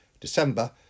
December